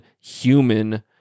human